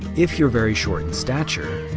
if you're very short in stature,